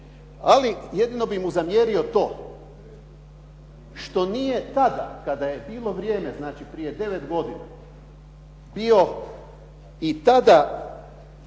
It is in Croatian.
ali jedinom bi mu zamjerio to što nije tada kada je bilo vrijeme znači prije 9 godina, bio i tada